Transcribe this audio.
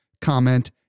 comment